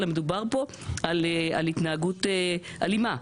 אלא על התנהגות אלימה.